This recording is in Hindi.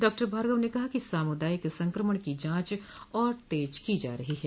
डॉक्टर भार्गव ने कहा कि सामुदायिक संक्रमण की जांच और तेज की जा रही है